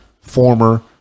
former